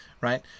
right